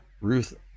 Ruth